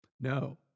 No